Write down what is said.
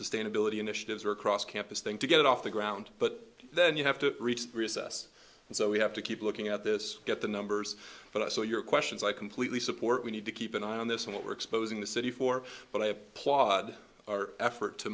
sustainability initiatives or across campus thing to get off the ground but then you have to reach us so we have to keep looking at this get the numbers but also your questions i completely support we need to keep an eye on this and what we're exposing the city for but i applaud our effort to